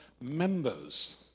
members